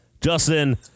Justin